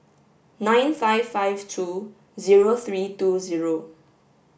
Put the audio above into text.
nine five five two zero three two zero